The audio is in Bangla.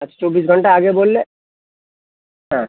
আচ্ছা চব্বিশ ঘন্টা আগে বললে হ্যাঁ